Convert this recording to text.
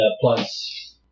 plus